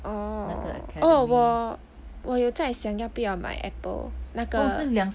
oh oh 我我有在想要不要买 apple 那个